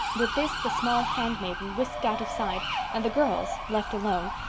with this the small handmaiden whisked out of sight and the girls, left alone,